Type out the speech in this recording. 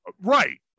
right